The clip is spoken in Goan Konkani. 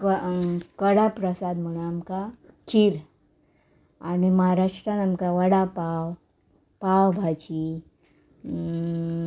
कडा प्रसाद म्हण आमकां खीर आनी म्हाराष्ट्रान आमकां वडा पाव पाव भाजी